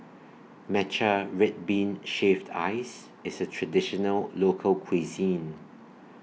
Matcha Red Bean Shaved Ice IS A Traditional Local Cuisine